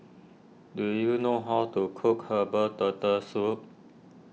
do you know how to cook Herbal Turtle Soup